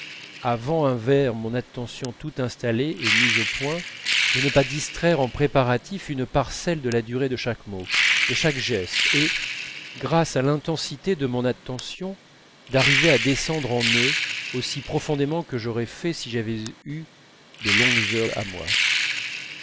avant un vers mon attention tout installée et mise au point de ne pas distraire en préparatifs une parcelle de la durée de chaque mot de chaque geste et grâce à l'intensité de mon attention d'arriver à descendre en eux aussi profondément que j'aurais fait si j'avais eu de longues heures à moi